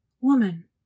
Woman